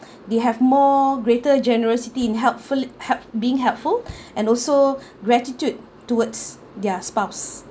they have more greater generosity in helpful help~ being helpful and also gratitude towards their spouse